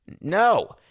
No